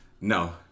no